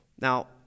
Now